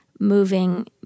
moving